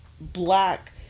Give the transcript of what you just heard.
black